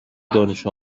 دانش